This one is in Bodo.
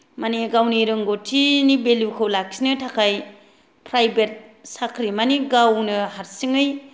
माने गावनि रोंगथिनि भेलुखौ लाखिनो थाखाय फ्रायभेट साख्रि माने गावनो हारसिङै